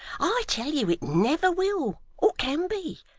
i tell you it never will, or can be.